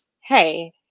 hey